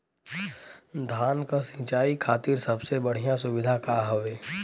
धान क सिंचाई खातिर सबसे बढ़ियां सुविधा का हवे?